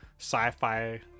sci-fi